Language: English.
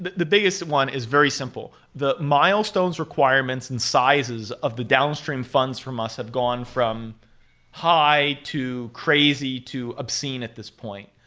but the biggest one is very simple. the milestones requirements and sizes of the downstream funds from us have gone from high, to crazy, to obscene at this point.